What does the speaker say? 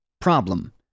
Problem